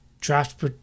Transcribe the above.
draft